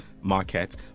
market